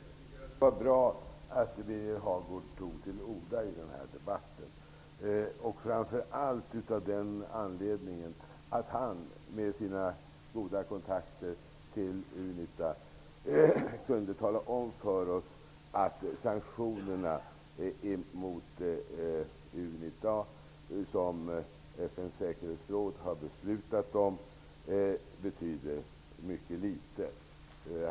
Herr talman! Det var bra att Birger Hagård tog till orda i debatten, framför allt av den anledningen att han med sina goda kontakter i Unita kunde tala om för oss att de sanktioner mot Unita som FN:s säkerhetsråd har beslutat om betyder mycket litet.